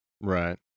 Right